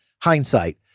hindsight